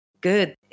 good